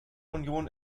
union